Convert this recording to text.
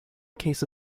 case